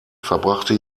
verbrachte